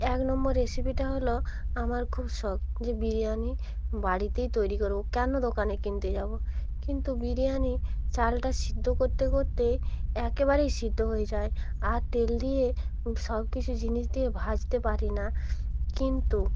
এক নম্বর রেসিপিটা হল আমার খুব শখ যে বিরিয়ানি বাড়িতেই তৈরি করব কেন দোকানে কিনতে যাব কিন্তু বিরিয়ানির চালটা সিদ্ধ করতে করতে একেবারেই সিদ্ধ হয়ে যায় আর তেল দিয়ে সব কিছু জিনিস দিয়ে ভাজতে পারি না কিন্তু